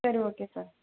சரி okay sir